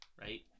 right